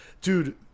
dude